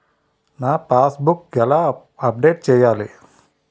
నా passbook ఎలా update చేయాలి?